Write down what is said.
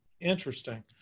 Interesting